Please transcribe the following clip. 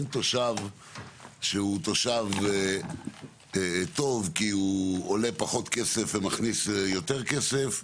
אין תושב שהוא תושב טוב כי הוא עולה פחות כסף ומכניס יותר כסף,